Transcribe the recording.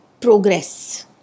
progress